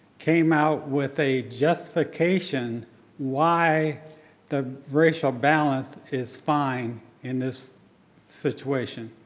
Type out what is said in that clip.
came out with a justification why the racial balance is fine in this situation.